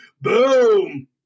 Boom